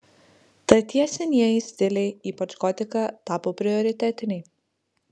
tad tie senieji stiliai ypač gotika tapo prioritetiniai